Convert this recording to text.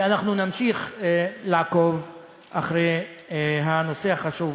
ואנחנו נמשיך לעקוב אחרי הנושא החשוב הזה,